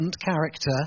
character